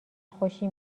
خوشی